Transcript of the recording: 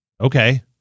Okay